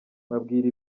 mbabwira